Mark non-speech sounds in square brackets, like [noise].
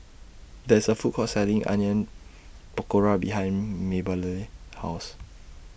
[noise] There IS A Food Court Selling Onion Pakora behind Mabelle's House